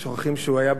שוכחים שהוא היה,